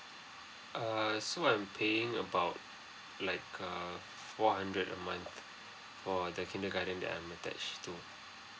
err so I'm paying about like err four hundred a month for the kindergarten that I'm attach too